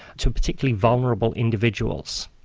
to particularly vulnerable individuals.